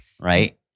right